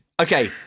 Okay